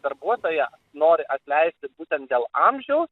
darbuotoją nori atleisti būtent dėl amžiaus